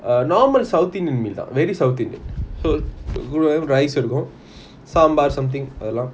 normal south indian meal தான்:thaan very south indian so கூடவேய்:kudavey rice sambal something அதுலாம்:athulam